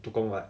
不光 what